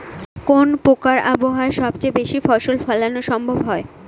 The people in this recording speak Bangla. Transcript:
কোন প্রকার আবহাওয়ায় সবচেয়ে বেশি ফসল ফলানো সম্ভব হয়?